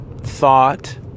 thought